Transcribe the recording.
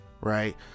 right